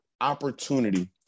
opportunity